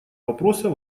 вопроса